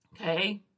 okay